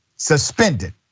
suspended